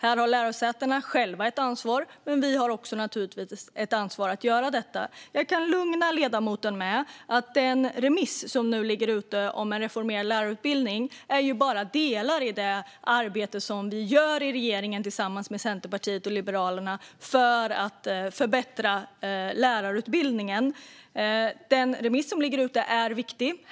Här har lärosätena själva ett ansvar, men vi har naturligtvis också ett ansvar att göra detta. Jag kan lugna ledamoten med att den remiss om en reformerad lärarutbildning som nu ligger ute bara utgör delar av det arbete vi gör i regeringen tillsammans med Centerpartiet och Liberalerna för att förbättra lärarutbildningen. Den remiss som ligger ute är viktig.